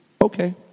Okay